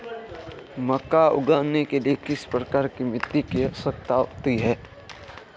मक्का उगाने के लिए किस प्रकार की मिट्टी की आवश्यकता होती है?